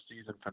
season